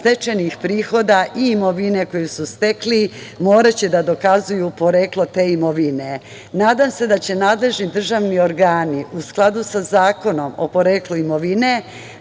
stečenih prihoda i imovine koju su stekli moraće da dokazuju poreklo te imovine. Nadam se da će nadležni državni organi, u skladu sa Zakonom o poreklu imovine,